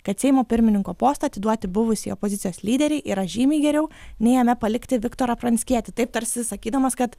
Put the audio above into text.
kad seimo pirmininko postą atiduoti buvusiai opozicijos lyderei yra žymiai geriau nei jame palikti viktorą pranckietį taip tarsi sakydamas kad